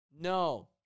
no